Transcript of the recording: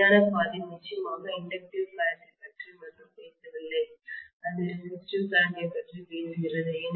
இணையான பாதை நிச்சயமாக இண்டக்டிவ் கரண்ட் ஐப் பற்றி மட்டும் பேசவில்லை அது ரெசிஸ்டிவ் கரண்ட் ஐப் பற்றி பேசுகிறது